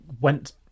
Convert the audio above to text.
went